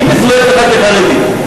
מי מזוהה אצלך כחרדי?